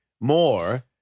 more